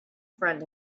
friend